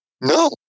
No